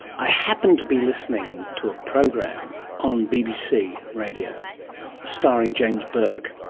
i happened to be listening to ah program on bbc radio starring james burke,